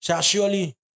surely